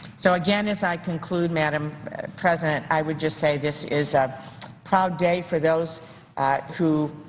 so, again, as i conclude, madam president, i would just say this is a proud day for those who